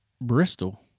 Bristol